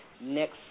Next